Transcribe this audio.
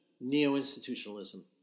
neo-institutionalism